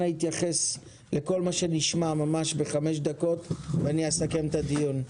אנא התייחס לכל מה שנשמע ממש בחמש דקות ואני אסכם את הדיון.